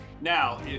Now